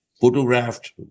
photographed